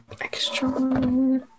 Extra